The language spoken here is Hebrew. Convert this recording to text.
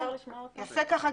זה יפה?